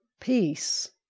peace